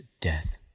death